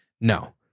No